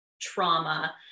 trauma